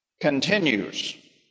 continues